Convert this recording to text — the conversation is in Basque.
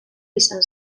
izan